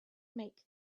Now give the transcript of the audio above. make